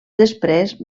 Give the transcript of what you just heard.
després